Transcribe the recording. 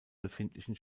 befindlichen